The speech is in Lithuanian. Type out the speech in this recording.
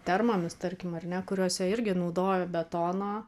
termomis tarkim ar ne kuriose irgi naudojo betoną